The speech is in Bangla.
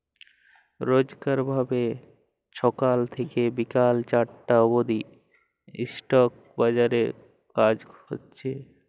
রইজকার ভাবে ছকাল থ্যাইকে বিকাল চারটা অব্দি ইস্টক বাজারে কাজ হছে